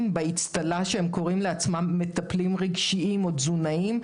באצטלה שהם קוראים לעצמם מטפלים רגשיים או תזונאים.